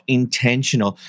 intentional